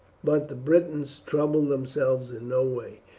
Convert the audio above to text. but the britons troubled themselves in no way.